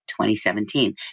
2017